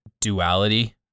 duality